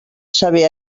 saber